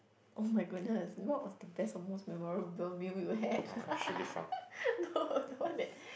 [oh]-my-goodness what was the best or most memorable meal you had no the one that